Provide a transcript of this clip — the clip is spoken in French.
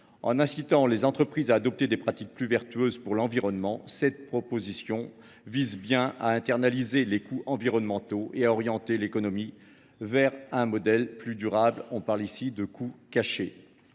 d’inciter les entreprises à adopter des pratiques plus vertueuses pour l’environnement, nous cherchons bien à internaliser les coûts environnementaux et à orienter l’économie vers un modèle plus durable prenant en compte ce